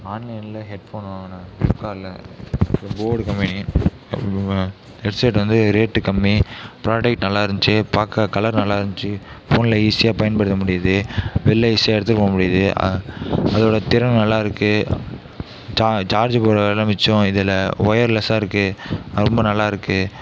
ஆன்லைனில் ஹெட்ஃபோன் வாங்கினேன் ஃபிளிப்கார்ட்டில் போடு கம்பெனி ஹெட்செட் வந்து ரேட்டு கம்மி ப்ராடெக்ட் நல்லா இருந்துச்சு பார்க்க கலர் நல்லா இருந்துச்சு ஃபோனில் ஈசியாக பயன்படுத்த முடியுது வெளில ஈசியாக எடுத்துட்டு போக முடியுது அதோடய திறன் நல்லாயிருக்கு சா சார்ஜு போடுகிறதுலாம் மிச்சம் இதில் ஒயர்லெஸ்ஸாக இருக்குது ரொம்ப நல்லாயிருக்கு